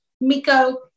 Miko